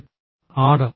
î ആണ്